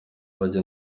bajya